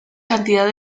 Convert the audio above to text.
cantidad